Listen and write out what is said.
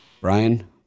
Brian